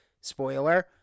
spoiler